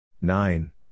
Nine